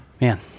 Man